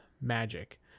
magic